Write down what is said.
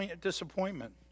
disappointment